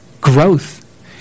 growth